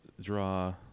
draw